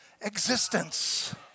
existence